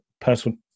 personal